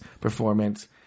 performance